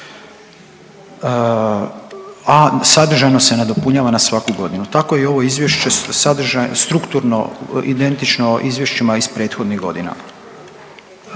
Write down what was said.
a sadržajno se nadopunjava na svaku godinu. Tako i ovo Izvješće strukturno identično izvješćima iz prethodnih godina.